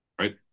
right